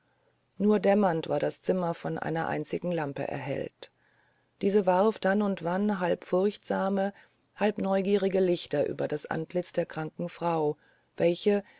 nur dämmernd war das zimmer von einer einzigen lampe erhellt diese warf dann und wann halb furchtsame halb neugierige lichter über das antlitz der kranken frau welche